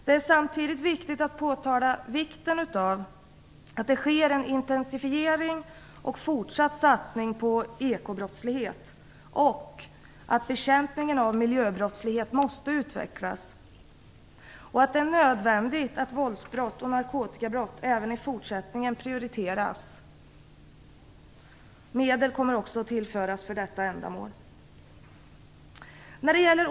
Det är samtidigt angeläget att påtala vikten av att det sker en intensifiering och fortsatt satsning på ekobrottslighet, att bekämpningen av miljöbrottslighet måste utvecklas och att det är nödvändigt att våldsbrott och narkotikabrott även i fortsättningen prioriteras. Medel kommer också att tillföras för detta ändamål.